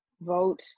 vote